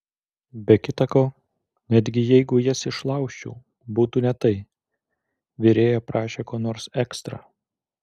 be kita ko netgi jeigu jas išlaužčiau būtų ne tai virėja prašė ko nors ekstra